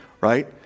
right